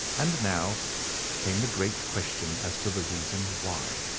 and now came the great question as to the reason why.